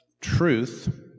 truth